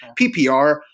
PPR